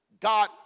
God